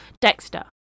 Dexter